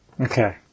okay